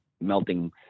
melting